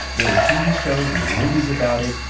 there were tv shows and movies about it.